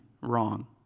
wrong